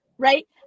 right